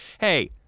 Hey